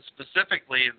Specifically